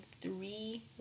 three